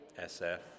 SF